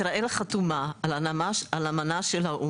אבל החוק לא אומר שום דבר על מי בוחר את הנתרמת הזאת,